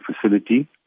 facility